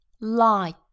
light